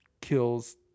kills